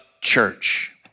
church